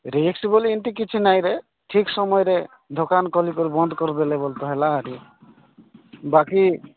rest ବୋଲି ଏମତି କିଛି ନାଇଁରେ ଠିକ ସମୟରେ ଦୋକାନ କରିକି ବନ୍ଦ କରିଦେଲେ ହେଲା ବାକି